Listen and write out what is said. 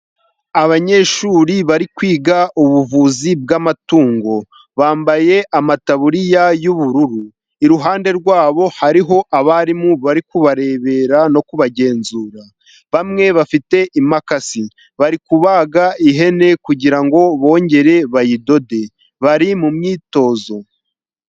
Abanyeshuri bari kwiga ubuvuzi bw'amatungo bambaye amataburiya y'ubururu, iruhande rwa bo hariho abarimu bari kubarebera no kubagenzura, bamwe bafite imakasi bari kubaga ihene, kugira ngo bongere bayidode, bari mu myitozo.